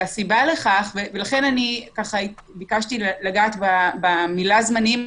הסיבה לכך ולכן ביקשתי לגעת במילה "זמניים",